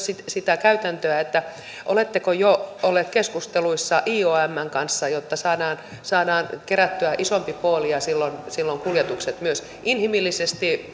sitä sitä käytäntöä oletteko jo ollut keskusteluissa iomn kanssa jotta saadaan saadaan kerättyä isompi pooli ja silloin silloin kuljetukset myös inhimillisesti